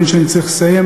אני מבין שאני צריך לסיים,